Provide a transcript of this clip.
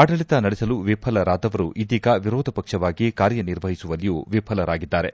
ಆಡಳತ ನಡೆಸಲು ವಿಫಲರಾದವರು ಇದೀಗ ವಿರೋಧ ಪಕ್ಷವಾಗಿ ಕಾರ್ಯನಿರ್ವಹಿಸುವಲ್ಲಿಯೂ ವಿಫಲರಾಗಿದ್ದಾರೆ